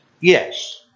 yes